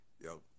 yo